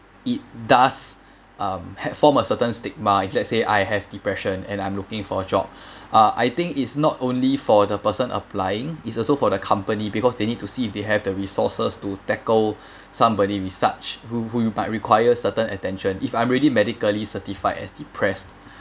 it does um had form a certain stigma if let's say I have depression and I'm looking for a job uh I think it's not only for the person applying it's also for the company because they need to see if they have the resources to tackle somebody with such who who might requires certain attention if I'm already medically certified as depressed